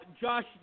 Josh